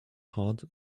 heart